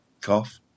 cough